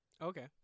Okay